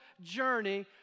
journey